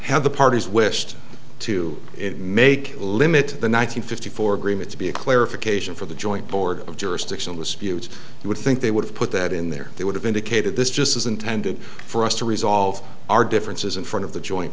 had the parties wished to make a limit the nine hundred fifty four agreement to be a clarification for the joint board of jurisdictional disputes you would think they would have put that in there they would have indicated this just as intended for us to resolve our differences in front of the joint